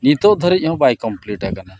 ᱱᱤᱛᱚᱜ ᱫᱷᱟᱹᱨᱤᱡ ᱦᱚᱸ ᱵᱟᱭ ᱟᱠᱟᱱᱟ